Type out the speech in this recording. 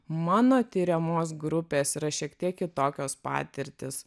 mano tiriamos grupės yra šiek tiek kitokios patirtys